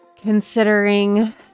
considering